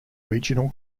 regional